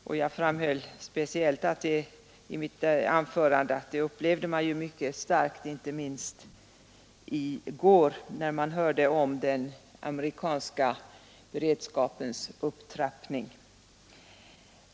Och jag framhöll speciellt i mitt anförande att den saken upplevde man mycket starkt i går, när vi hörde om den amerikanska beredskapens upptrappning.